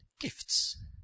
gifts